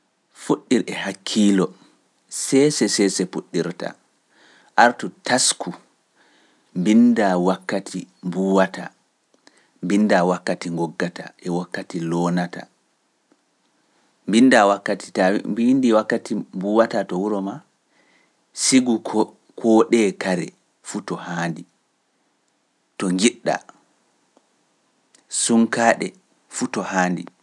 Fuɗɗir e hakkiilo, seese seese puɗɗirta, artu tasku, mbinndaa wakkati mbuuwata, mbinndaa wakkati ngoggata, e wakkati loonata, mbinndaa wakkati tawi mbinndii wakkati mbuuwata to wuro maa, sigu koo ɗee kare fuu to haandi, to njiɗɗa, sunkaaɗe fuu to haandi.